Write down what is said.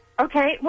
Okay